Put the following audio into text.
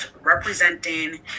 representing